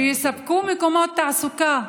מקומות תעסוקה,